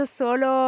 solo